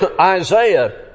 Isaiah